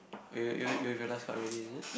okay you you have your last card already is it